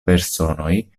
personoj